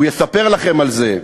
הוא יספר לכם על זה.